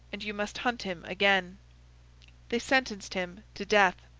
and you must hunt him again they sentenced him to death.